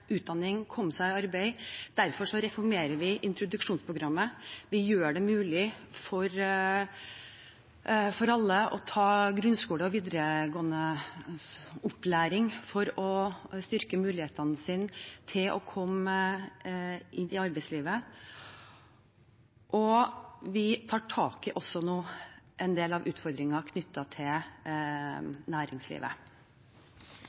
utdanning og å komme seg i arbeid. Derfor reformerer vi introduksjonsprogrammet. Vi gjør det mulig for alle å ta grunnskole og videregående opplæring for å styrke mulighetene deres til å komme inn i arbeidslivet. Vi tar nå også tak i en del av utfordringene knyttet til